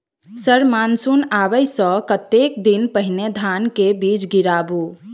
Sir monsoon आबै सऽ कतेक दिन पहिने धान केँ बीज गिराबू?